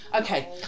Okay